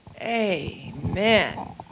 Amen